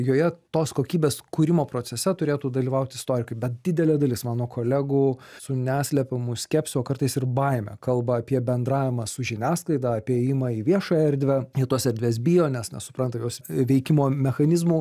joje tos kokybės kūrimo procese turėtų dalyvaut istorikai bet didelė dalis mano kolegų su neslepiamu skepsiu o kartais ir baime kalba apie bendravimą su žiniasklaida apie ėjimą į viešąją erdvę jie tos erdvės bijo nes nesupranta jos veikimo mechanizmų